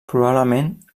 probablement